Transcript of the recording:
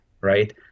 right